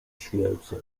świecę